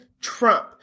Trump